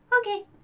Okay